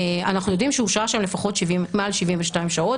אנחנו יודעים שהוא שהה שם מעל 72 שעות.